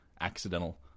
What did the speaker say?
accidental